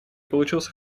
получился